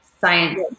science